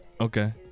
Okay